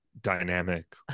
dynamic